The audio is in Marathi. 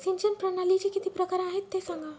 सिंचन प्रणालीचे किती प्रकार आहे ते सांगा